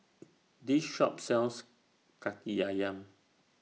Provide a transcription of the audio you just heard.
This Shop sells Kaki Ayam